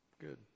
Good